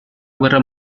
guerra